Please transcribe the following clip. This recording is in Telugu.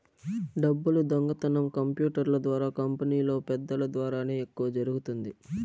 డబ్బులు దొంగతనం కంప్యూటర్ల ద్వారా కంపెనీలో పెద్దల ద్వారానే ఎక్కువ జరుగుతుంది